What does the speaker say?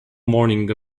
mourning